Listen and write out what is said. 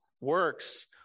works